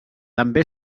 també